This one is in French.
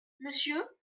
monsieur